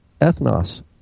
ethnos